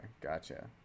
gotcha